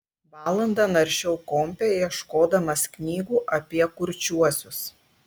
valandą naršiau kompe ieškodamas knygų apie kurčiuosius